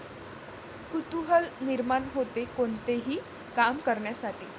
कुतूहल निर्माण होते, कोणतेही काम करण्यासाठी